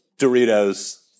Doritos